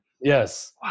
Yes